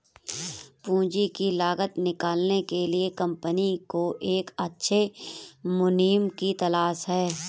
पूंजी की लागत निकालने के लिए कंपनी को एक अच्छे मुनीम की तलाश है